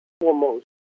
foremost